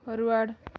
forward